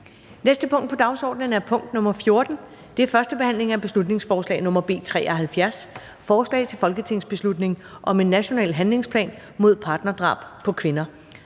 næste punkt på dagsordenen er: 14) 1. behandling af beslutningsforslag nr. B 73: Forslag til folketingsbeslutning om en national handlingsplan mod partnerdrab på kvinder.